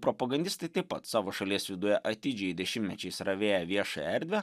propagandistai taip pat savo šalies viduje atidžiai dešimtmečiais ravėję viešą erdvę